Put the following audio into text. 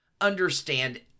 understand